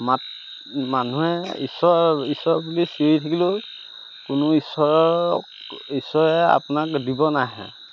মাত মানুহে ঈশ্বৰ ঈশ্বৰ বুলি চিঞৰি থাকিলেও কোনো ঈশ্বৰক ঈশ্বৰে আপোনাক দিব নাহে